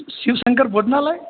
Shivshankar Bhojanalaya